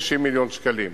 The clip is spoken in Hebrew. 90 מיליון שקלים,